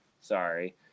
sorry